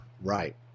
Right